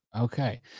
Okay